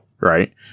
right